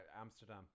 amsterdam